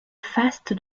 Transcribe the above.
faste